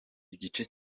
igice